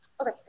Okay